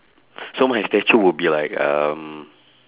so my statue will be like um